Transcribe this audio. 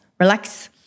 Relax